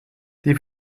die